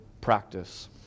practice